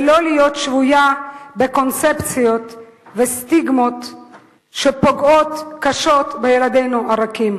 ולא להיות שבויה בקונספציות וסטיגמות שפוגעות קשות בילדינו הרכים.